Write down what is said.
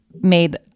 made